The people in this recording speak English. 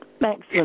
Thanks